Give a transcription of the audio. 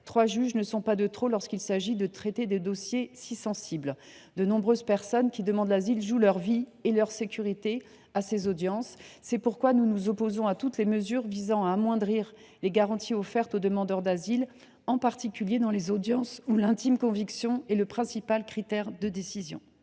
Trois juges ne sont pas de trop lorsqu’il s’agit de traiter de dossiers si sensibles. De nombreuses personnes qui demandent l’asile jouent leur vie et leur sécurité à ces audiences. » C’est pourquoi nous nous opposons à toutes les mesures visant à amoindrir les garanties offertes aux demandeurs d’asile, en particulier dans des audiences où l’intime conviction est le principal critère de décision.